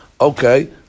Okay